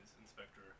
Inspector